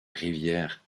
rivière